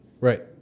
right